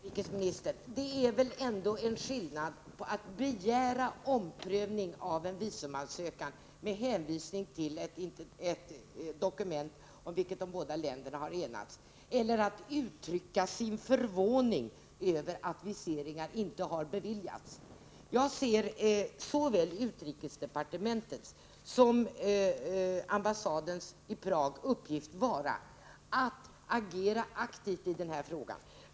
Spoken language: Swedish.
Herr talman! Det är väl ändå en skillnad, herr utrikesminister, mellan att begära omprövning av en visumansökan med hänvisning till ett dokument om vilket de båda länderna har enats, och att uttrycka sin förvåning över att viseringar inte har beviljats. Jag ser såväl utrikesdepartementets som ambassadens i Prag uppgift vara att agera aktivt i den här frågan.